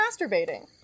masturbating